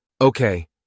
Okay